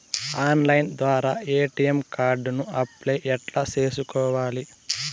Online ద్వారా ATM card కు apply ఎట్లా సేసుకోవాలి?